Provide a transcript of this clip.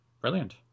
Brilliant